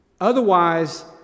Otherwise